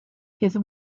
his